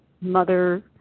mother